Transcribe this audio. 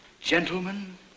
Gentlemen